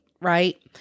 right